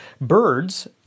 birds